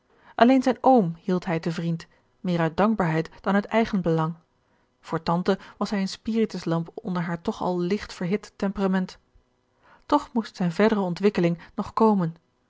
alleen zijn oom hield hij te vriend meer uit dankbaarheid dan uit eigenbelang voor tante was hij eene spirituslamp onder haar toch al ligt verhit temperament toch moest zijne verdere ontwikkeling nog komen